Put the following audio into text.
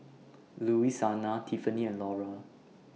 Louisiana Tiffany and Laura